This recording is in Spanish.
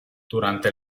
durante